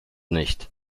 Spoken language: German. nicht